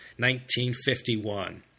1951